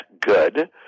good